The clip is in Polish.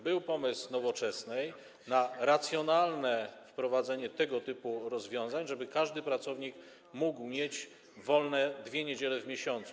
Był pomysł Nowoczesnej na racjonalne wprowadzenie tego typu rozwiązań, żeby każdy pracownik mógł mieć wolne dwie niedziele w miesiącu.